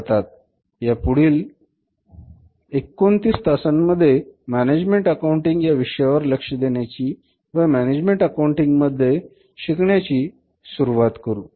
यापुढील पुढच्या 29 तासांमध्ये मॅनेजमेण्ट अकाऊण्टिंग या विषयावर लक्ष देण्याची व मॅनेजमेंट अकाऊंट मधील तंत्रे शिकण्याची ची सुरुवात करू